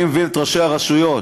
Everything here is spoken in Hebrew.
אני מבין את ראשי הרשויות,